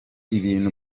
ibintu